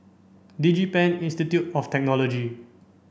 DigiPen Institute of Technology